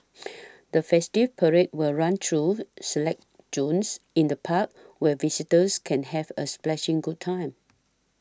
the festival parade will run through select zones in the park where visitors can have a splashing good time